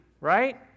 right